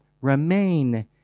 remain